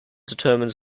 determines